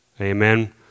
Amen